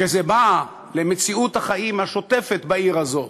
כשזה בא למציאות החיים השוטפת בעיר הזאת,